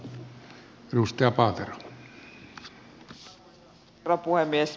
arvoisa herra puhemies